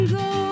go